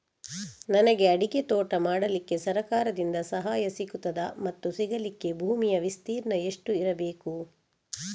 ನನಗೆ ಅಡಿಕೆ ತೋಟ ಮಾಡಲಿಕ್ಕೆ ಸರಕಾರದಿಂದ ಸಹಾಯ ಸಿಗುತ್ತದಾ ಮತ್ತು ಸಿಗಲಿಕ್ಕೆ ಭೂಮಿಯ ವಿಸ್ತೀರ್ಣ ಎಷ್ಟು ಇರಬೇಕು?